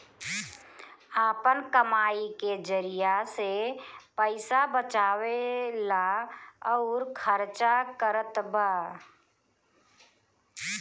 आपन कमाई के जरिआ से पईसा बचावेला अउर खर्चा करतबा